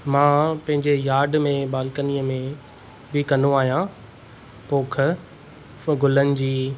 मां पंहिंजे यार्ड में बालकनीअ में बि कंदो आहियां पोख गुलनि जी